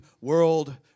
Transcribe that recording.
world